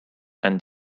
and